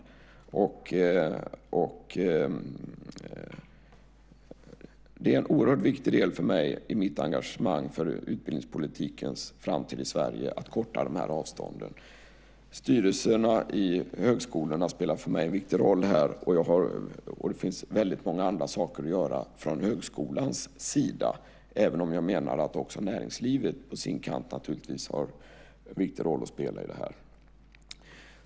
Att korta de avstånden är en oerhört viktig del för mig i mitt engagemang i utbildningspolitikens framtid i Sverige. Styrelserna i högskolorna spelar en viktig roll. Det finns mycket att göra från högskolans sida, även om också näringslivet på sin kant har en viktig roll att spela i detta.